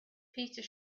peter